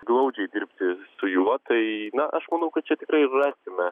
glaudžiai dirbti su juo tai na aš manau kad čia tikrai rasime